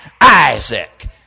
Isaac